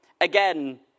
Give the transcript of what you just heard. again